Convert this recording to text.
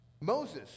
Moses